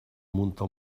munta